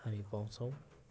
हामी पाउँछौँ